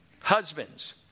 Husbands